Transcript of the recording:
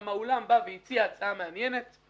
גם האולם הציע הצעה מעניינת.